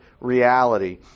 reality